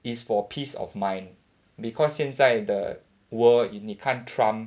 is for peace of mind because 现在 the world 妳看 trump